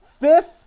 fifth